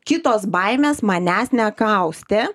kitos baimės manęs nekaustė